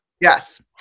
Yes